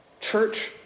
church